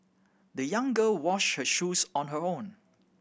the young girl wash her shoes on her own